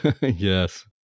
Yes